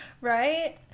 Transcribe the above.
right